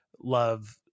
Love